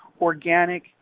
organic